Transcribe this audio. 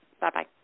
Bye-bye